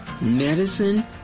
medicine